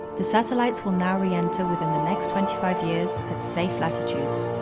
the satellites will now re-enter within the next twenty five years at safe latitudes.